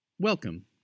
Welcome